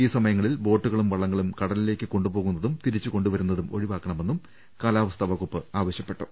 ഈ സമയങ്ങളിൽ ബോട്ടുകളും വള്ളങ്ങളും കടലിലേക്ക് കൊണ്ടുപോകുന്നതും തിരിച്ചു കൊണ്ടുവരുന്നതും ഒഴിവാക്കണമെന്നും കാലാവസ്ഥാ വകുപ്പ് ആവശ്യപ്പെട്ടു